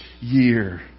year